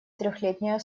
трехлетнего